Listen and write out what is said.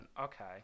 okay